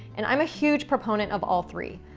and i'm a huge proponent of all three.